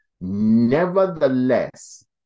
Nevertheless